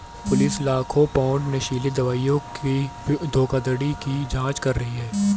police लाखों pound नशीली दवाओं की धोखाधड़ी की जांच कर रही है